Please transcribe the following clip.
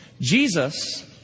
Jesus